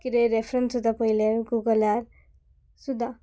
कितें रेफरन्स सुद्दां पयले गुगलार सुद्दां